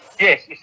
Yes